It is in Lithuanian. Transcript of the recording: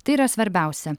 tai yra svarbiausia